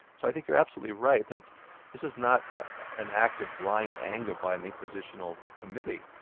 so i think you're absolutely right, that this is not an act of blind anger by an inquisitional committee.